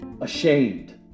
ashamed